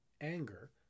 anger